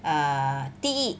err 第一